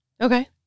Okay